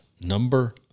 number